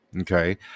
Okay